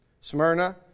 Smyrna